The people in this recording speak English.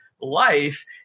life